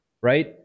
right